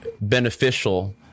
beneficial